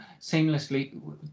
seamlessly